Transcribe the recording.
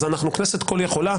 אז אנחנו כנסת כל-יכולה,